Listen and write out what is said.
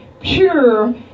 pure